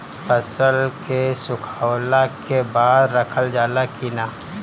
फसल के सुखावला के बाद रखल जाला कि न?